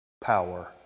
power